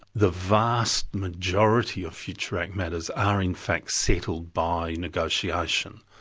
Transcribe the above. the vast majority of future act matters are in fact settled by negotiation.